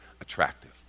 attractive